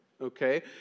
okay